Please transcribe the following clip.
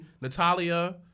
natalia